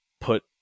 put